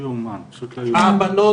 הבנות,